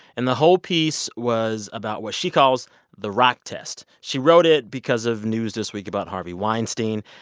and the whole piece was about what she calls the rock test. she wrote it because of news this week about harvey weinstein.